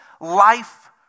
life